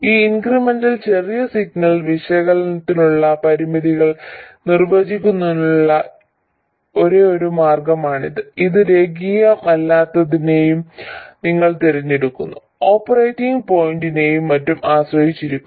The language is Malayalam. ഈ ഇൻക്രിമെന്റൽ ചെറിയ സിഗ്നൽ വിശകലനത്തിനുള്ള പരിധികൾ നിർവചിക്കുന്നതിനുള്ള ഒരേയൊരു മാർഗ്ഗമാണിത് അത് രേഖീയമല്ലാത്തതിനെയും നിങ്ങൾ തിരഞ്ഞെടുക്കുന്ന ഓപ്പറേറ്റിംഗ് പോയിന്റിനെയും മറ്റും ആശ്രയിച്ചിരിക്കുന്നു